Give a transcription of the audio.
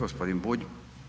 Gospodin Bulj.